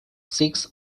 six